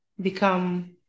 become